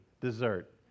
dessert